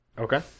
Okay